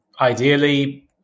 ideally